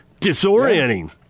Disorienting